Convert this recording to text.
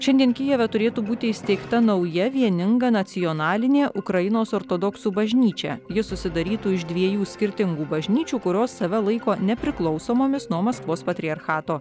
šiandien kijeve turėtų būti įsteigta nauja vieninga nacionalinė ukrainos ortodoksų bažnyčia ji susidarytų iš dviejų skirtingų bažnyčių kurios save laiko nepriklausomomis nuo maskvos patriarchato